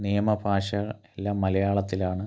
നിയമ ഭാഷ എല്ലാം മലയാളത്തിലാണ്